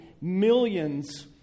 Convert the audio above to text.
millions